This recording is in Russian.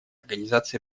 организации